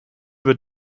wird